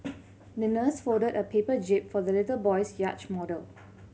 the nurse folded a paper jib for the little boy's yacht model